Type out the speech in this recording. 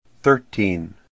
Thirteen